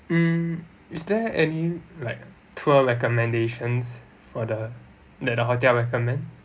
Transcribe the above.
mm is there any like tour recommendations for the that the hotel recommend